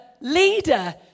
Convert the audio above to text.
leader